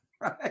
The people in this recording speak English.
right